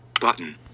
Button